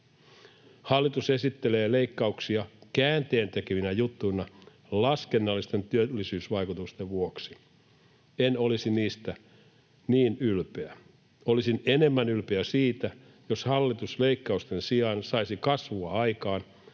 Hallitus esittelee leikkauksia käänteentekevinä juttuina laskennallisten työllisyysvaikutusten vuoksi. En olisi niistä niin ylpeä. Olisin enemmän ylpeä siitä, jos hallitus leikkausten sijaan saisi kasvua aikaan